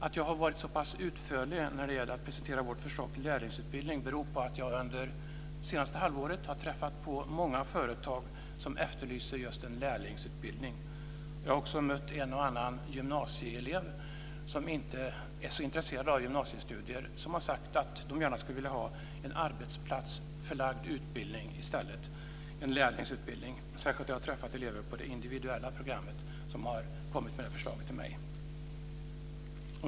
Att jag har varit så pass utförlig när det gäller att presentera vårt förslag till lärlingsutbildning beror på att jag under det senaste halvåret har träffat på många företag som efterlyser just en lärlingsutbildning. Jag har också mött en och annan gymnasieelev som inte är så intresserad av gymnasiestudier som har sagt att man gärna skulle vilja ha en arbetsplatsförlagd utbildning i stället, en lärlingsutbildning. Särskilt de elever jag har träffat på det individuella programmet har kommit med det förslaget till mig.